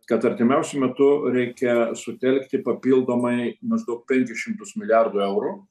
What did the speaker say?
kad artimiausiu metu reikia sutelkti papildomai maždaug penkis šimtus milijardų eurų